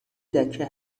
دکه